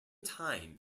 time